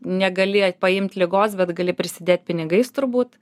negali paimt ligos bet gali prisidėt pinigais turbūt